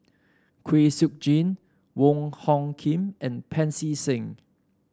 Kwek Siew Jin Wong Hung Khim and Pancy Seng